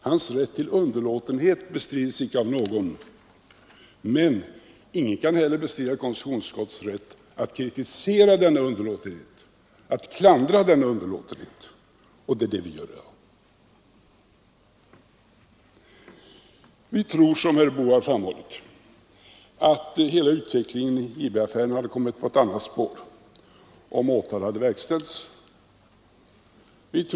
Hans rätt till underlåtenhet bestrides icke av någon, men ingen kan heller bestrida KU:s rätt att klandra denna underlåtenhet; det är det vi gör i dag. Vi tror, som herr Boo, att hela utvecklingen i IB-affären hade kommit på ett annat spår om åtal hade verkställts.